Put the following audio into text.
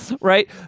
right